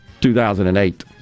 2008